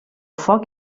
foc